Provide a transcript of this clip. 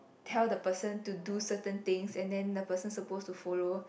tell the person to do certain thing and then the person supposed to follow